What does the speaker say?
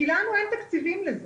כי לנו אין תקציבים לזה.